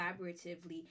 collaboratively